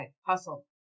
hustle